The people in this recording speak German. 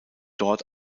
dort